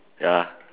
ya